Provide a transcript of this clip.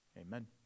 Amen